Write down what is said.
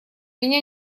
меня